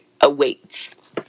awaits